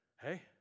Hey